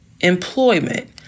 employment